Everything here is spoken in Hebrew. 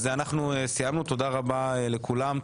אז אנחנו סיימנו, תודה רבה לכולם,